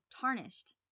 tarnished